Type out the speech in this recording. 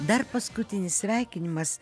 dar paskutinis sveikinimas